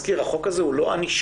החוק הזה הוא לא ענישה.